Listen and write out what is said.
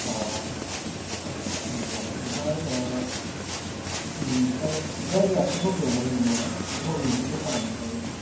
अ नंगौ ओमफ्राय ओमफ्राय जायगायासो बबेयावमोन नोंनिया बबे मोनसे दखाना मोनथाय